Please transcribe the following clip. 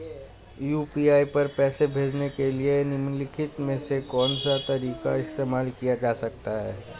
UPI पर पैसे भेजने के लिए निम्नलिखित में से कौन सा तरीका इस्तेमाल किया जा सकता है?